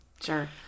Sure